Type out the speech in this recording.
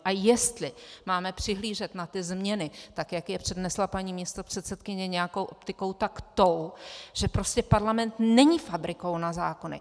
A jestli máme přihlížet na ty změny, tak jak je přednesla paní místopředsedkyně, nějakou optikou, tak tou, že prostě parlament není fabrikou na zákony.